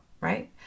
right